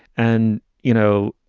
and, you know,